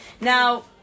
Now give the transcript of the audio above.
Now